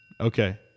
Okay